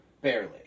Barely